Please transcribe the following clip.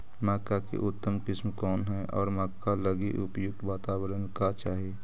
मक्का की उतम किस्म कौन है और मक्का लागि उपयुक्त बाताबरण का चाही?